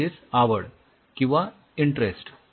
म्हणजेच आवड किंवा इंटरेस्ट